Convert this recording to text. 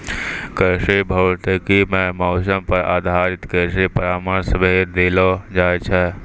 कृषि भौतिकी मॅ मौसम पर आधारित कृषि परामर्श भी देलो जाय छै